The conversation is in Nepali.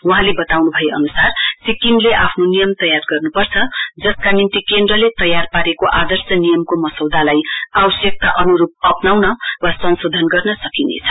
वहाँले बताउन् भए अनुसार सिक्किमले आफ्नो नियम तयार गर्न्पर्छ जसका निम्ति केन्द्रले तयार पारेको आदर्श नियमको मसौदालाई आवश्यकता अन्रूप अप्नाउन वा संशोधन गर्न सकिनेछ